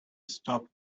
stopped